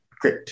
Great